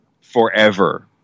Forever